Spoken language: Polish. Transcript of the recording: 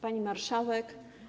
Pani Marszałek!